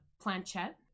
planchette